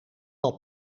wel